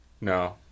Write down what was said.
No